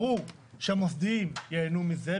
ברור שהמוסדיים ייהנו מזה,